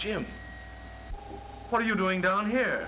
jim what are you doing down here